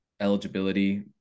eligibility